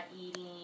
eating